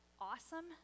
awesome